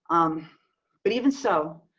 but even so,